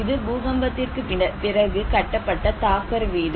இது பூகம்பத்திற்குப் பிறகு கட்டப்பட்ட தாக்கர் வீடு